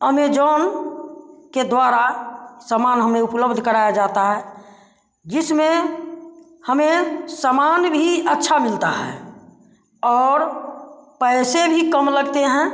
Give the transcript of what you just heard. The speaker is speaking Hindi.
अमेजॉन के द्वारा सामान हमें उपलब्ध कराया जाता है जिसमें हमें सामान भी अच्छा मिलता है और पैसे भी कम लगते हैं